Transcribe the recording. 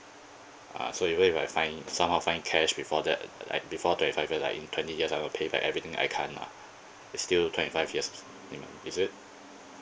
uh so even if I find somehow find cash before that like before twenty five years like in twenty years I will pay back everything I can't lah is still twenty five years is it